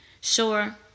Sure